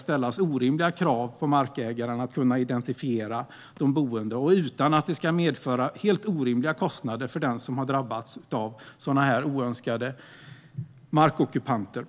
ställs orimliga krav på markägaren att identifiera de boende och utan att det medför helt orimliga kostnader för den som har drabbats av oönskade markockupanter.